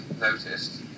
noticed